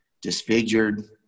Disfigured